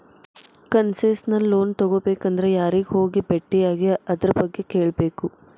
Concessional loan ತಗೊಬೇಕಂದ್ರ ಯಾರಿಗೆ ಹೋಗಿ ಬೆಟ್ಟಿಯಾಗಿ ಅದರ್ಬಗ್ಗೆ ಕೇಳ್ಬೇಕು?